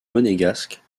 monégasque